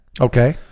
Okay